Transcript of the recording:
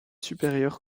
supérieurs